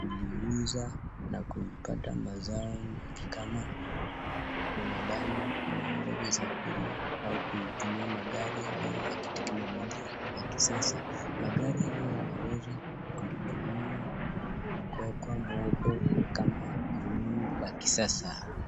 kuziuza na kuzipata mazao nyingi kama binadamu anaweza kusafiri au anaweza kutumia magari hayo ya kiteknolojia ya kisasa, magari haya yanaweza kutumiwa kuwekwa moto kama rununu ya kisasa.